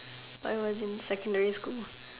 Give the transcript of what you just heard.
when I was in secondary school